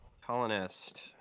colonist